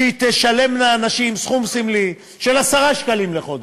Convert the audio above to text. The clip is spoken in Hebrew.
שתשלמנה הנשים סכום סמלי של 10 שקלים לחודש,